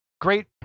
Great